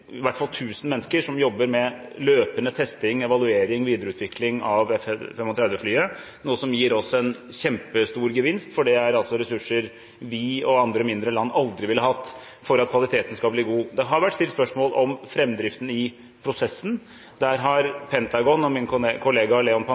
hvert fall 1 000 mennesker som jobber med løpende testing, evaluering og videreutvikling av F-35-flyet, noe som gir oss en kjempestor gevinst, for det er ressurser vi og andre mindre land aldri ville hatt for å sikre at kvaliteten skal bli god. Det har vært stilt spørsmål om framdriften i prosessen. Der har Pentagon og min kollega